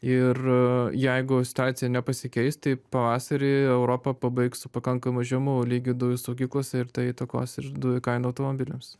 ir jeigu situacija nepasikeis tai pavasarį europa pabaigs su pakankamai žemu lygiu dujų saugyklose ir tai įtakos ir dujų kainą automobiliams